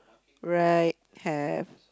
right have